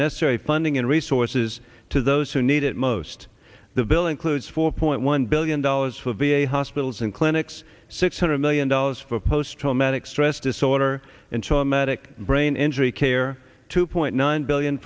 necessary funding and resources to those who need it most the bill includes four point one billion dollars for v a hospitals and clinics six hundred million dollars for post traumatic stress disorder and traumatic brain injury care two point nine billion